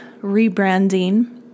rebranding